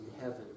heaven